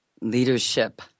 leadership